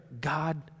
God